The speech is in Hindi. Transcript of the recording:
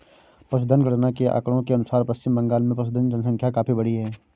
पशुधन गणना के आंकड़ों के अनुसार पश्चिम बंगाल में पशुधन जनसंख्या काफी बढ़ी है